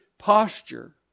posture